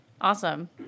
Awesome